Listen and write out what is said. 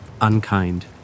unkind